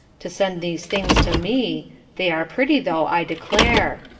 to send these things to me they are pretty, though, i declare,